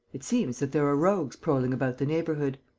it seems that there are rogues prowling about the neighbourhood.